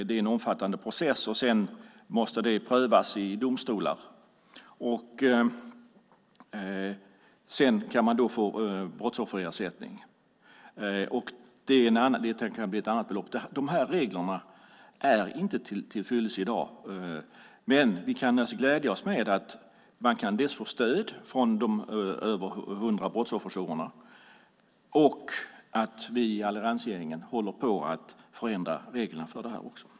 Det är en omfattande process, och det hela måste prövas i domstolar. Sedan kan man få brottsofferersättning, och det kan bli ett annat belopp där. Dessa regler är inte tillfyllest i dag, men vi kan glädja oss dels åt att man kan få stöd från de över hundra brottsofferjourerna, dels åt att vi i alliansregeringen håller på att förändra reglerna för detta.